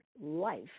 life